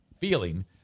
feeling